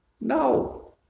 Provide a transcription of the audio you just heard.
No